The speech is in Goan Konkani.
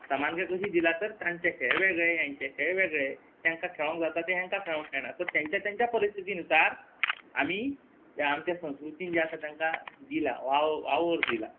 समानकाय कशी दिला तर तांचे खेळ वेगळे हेंचे खेळ वेगळे तांकां खेळूंक जाता तें हांकां खेळोंक कळना सो तांच्या तांच्या परिस्थिती अनुसार आमी ते आमचे संस्कृतीन जे आसा तांकां दिला वाव वावोर दिला